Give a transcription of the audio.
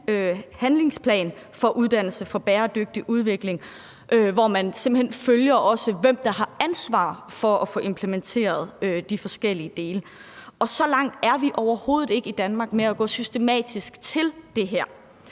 handlingsplan for uddannelse for bæredygtig udvikling, hvor man simpelt hen også følger, hvem der har ansvaret for at få implementeret de forskellige dele. Så langt er vi overhovedet ikke i Danmark med at gå systematisk til det her,